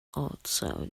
outside